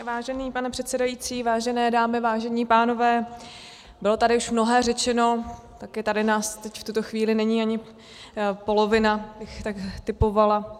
Vážený pane předsedající, vážené dámy, vážení pánové, bylo tady už mnohé řečeno, taky nás tady v tuto chvíli není ani polovina, bych tak tipovala.